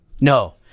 No